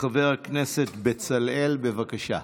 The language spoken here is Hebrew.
חבר הכנסת בצלאל, בבקשה.